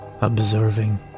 Observing